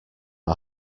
our